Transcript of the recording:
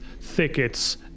thickets